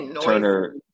Turner